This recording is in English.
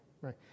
right